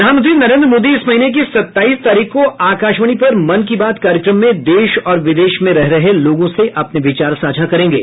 प्रधानमंत्री नरेन्द्र मोदी इस महीने की सत्ताईस तारीख को आकाशवाणी पर मन की बात कार्यक्रम में देश और विदेश में रह रहे लोगों से अपने विचार साझा करेंगे